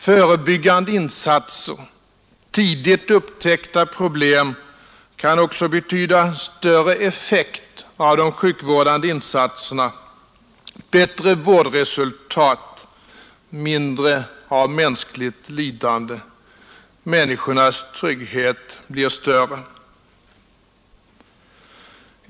Förebyggande insatser, tidigt upptäckta problem, kan också betyda större effekt av de sjukvårdande insatserna, bättre vårdresultat, mindre av mänskligt lidande — människornas trygghet blir större.